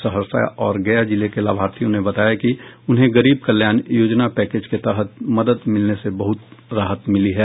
सहरसा और गया जिले के लाभार्थियों ने बताया कि उन्हें गरीब कल्याण योजना पैकेज के तहत मदद मिलने से बहुत राहत मिली है